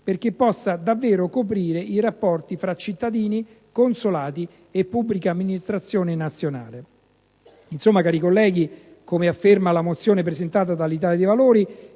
perché possa davvero coprire i rapporti fra cittadini, consolati e pubblica amministrazione nazionale. Insomma cari colleghi, come afferma la mozione presentata dall'Italia dei Valori,